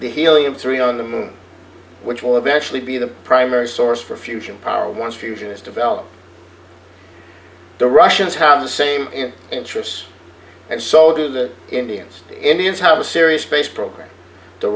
the helium three on the moon which will eventually be the primary source for fusion power once fusion is developed the russians have the same interests and so busy do the indians the indians have a serious space program the